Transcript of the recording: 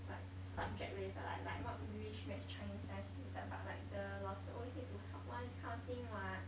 like subject related like like not english maths chinese science related but like the 老师 always need to help [one] this kind of thing [what]